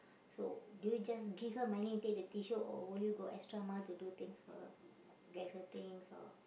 so do you just give her money and take the tissue or will you go extra mile to do things for her get her things or